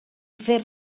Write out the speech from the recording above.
fer